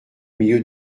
milieu